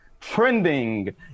trending